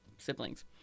siblings